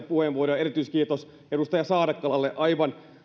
puheenvuoroja erityiskiitos edustaja saarakkalalle aivan